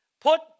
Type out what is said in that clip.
put